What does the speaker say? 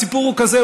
הסיפור הוא כזה,